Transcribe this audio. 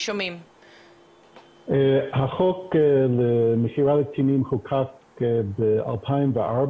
החוק למכירה לקטינים חוקק ב-2004